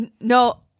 No